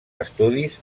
estudis